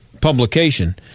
publication